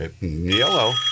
Yellow